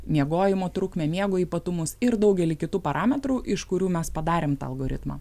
miegojimo trukmę miego ypatumus ir daugelį kitų parametrų iš kurių mes padarėm tą algoritmą